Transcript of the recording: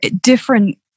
different